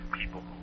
people